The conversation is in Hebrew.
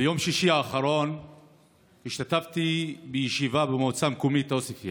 ביום שישי האחרון השתתפתי בישיבה במועצה המקומית עוספיא